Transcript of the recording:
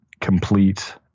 complete